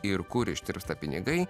ir kur ištirpsta pinigai